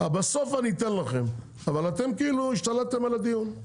בסוף אתן לכם, אבל אתם כאילו השתלטתם על הדיון.